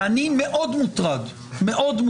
ואני מוטרד מאוד,